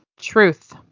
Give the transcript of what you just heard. Truth